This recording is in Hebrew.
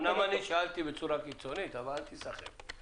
אומנם אני שאלתי בצורה קיצונית, אבל אל תיסחף.